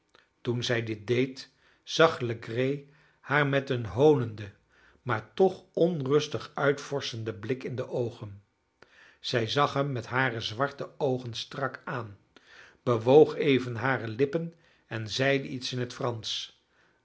toen zij dit deed zag legree haar met een hoonenden maar toch onrustig uitvorschenden blik in de oogen zij zag hem met hare zwarte oogen strak aan bewoog even hare lippen en zeide iets in het fransch